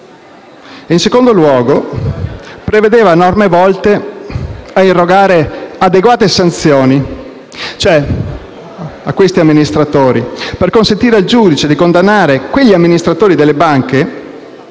in secondo luogo, prevedeva norme volte a irrogare adeguate sanzioni per consentire al giudice di condannare gli amministratori delle banche,